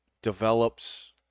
develops